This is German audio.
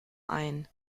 ein